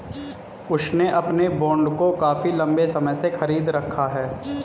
उसने अपने बॉन्ड को काफी लंबे समय से खरीद रखा है